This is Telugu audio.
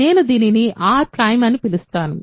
నేను దీనిని R ′ అని పిలుస్తాను